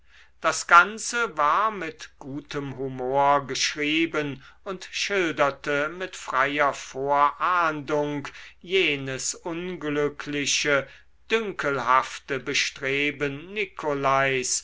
das ganze war mit gutem humor geschrieben und schilderte mit freier vorahndung jenes unglückliche dünkelhafte bestreben nicolais